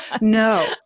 No